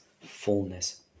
fullness